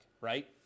right